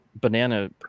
banana